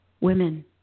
women